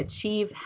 achieve